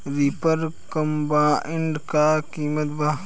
Reaper combiner का किमत बा?